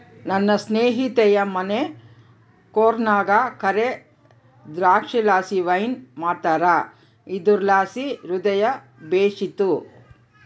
ನನ್ನ ಸ್ನೇಹಿತೆಯ ಮನೆ ಕೂರ್ಗ್ನಾಗ ಕರೇ ದ್ರಾಕ್ಷಿಲಾಸಿ ವೈನ್ ಮಾಡ್ತಾರ ಇದುರ್ಲಾಸಿ ಹೃದಯ ಬೇಶಿತ್ತು